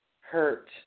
hurt